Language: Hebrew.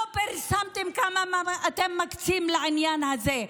לא פרסמתם כמה אתם מקצים לעניין הזה.